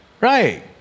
Right